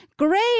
great